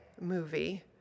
movie